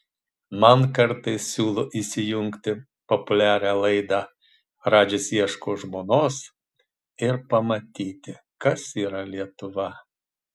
man kartais siūlo įsijungti populiarią laidą radžis ieško žmonos ir pamatyti kas yra lietuva